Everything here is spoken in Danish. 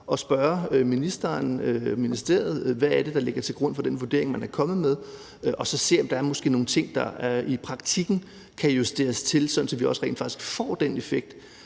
at spørge ministeren og ministeriet, hvad det er, der ligger til grund for den vurdering, man er kommet med, og så se, om der måske er nogle ting i praktikken, der kan justeres ind, så vi også rent faktisk får den effekt,